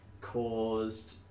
caused